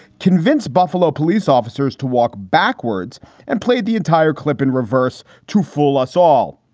convinced buffalo police officers to walk backwards and played the entire clip in reverse to fool us all.